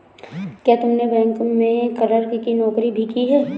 क्या तुमने बैंक में क्लर्क की नौकरी भी की है?